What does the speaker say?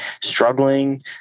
struggling